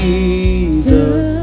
Jesus